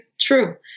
true